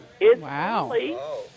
Wow